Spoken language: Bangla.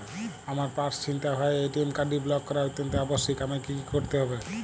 আমার পার্স ছিনতাই হওয়ায় এ.টি.এম কার্ডটি ব্লক করা অত্যন্ত আবশ্যিক আমায় কী কী করতে হবে?